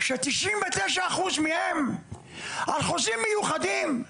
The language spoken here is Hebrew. ש-99% מהם עובדים על חוזים מיוחדים,